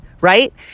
right